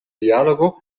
dialogo